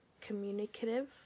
communicative